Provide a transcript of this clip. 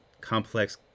complex